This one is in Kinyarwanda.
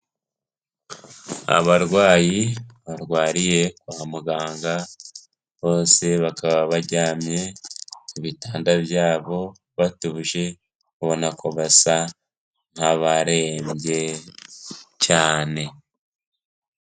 Abarwayi barwariye kwa muganga, bose bakaba baryamye ku bitanda byabo batuje, ubona ko basa nk'abarembye cyane.